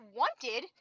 wanted